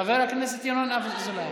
חבר הכנסת ינון אזולאי,